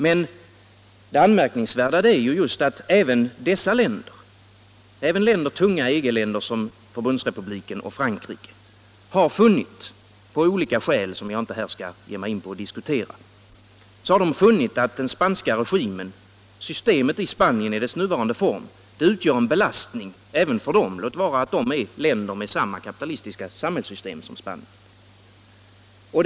Men det anmärkningsvärda är att även tunga EG-länder som Förbundsrepubliken och Frankrike har funnit — av olika skäl som jag inte här skall diskutera — att systemet i Spanien i dess nuvarande form utgör en belastning även för dem, låt vara att de är länder med samma kapitalistiska samhällssystem som Spanien.